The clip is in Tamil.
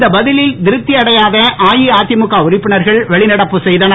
இந்த பதிலில் திருப்தி அடையாத அஇஅதிமுக உறுப்பினர்கள் வெளிநடப்பு செய்தார்கள்